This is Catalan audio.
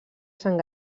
sant